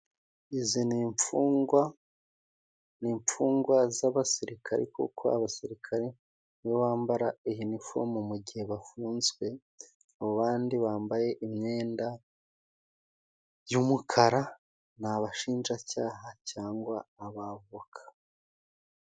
Izi ni imfungwa. Ni imfungwa z'abasirikare kuko abasirikare ni bo bambara iyi iniforume mu gihe bafunzwe. Abandi bambaye imyenda y'umukara ni abashinjacyaha cyangwa abavoka.